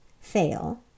fail